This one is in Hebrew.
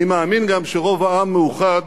אני מאמין גם שרוב העם מאוחד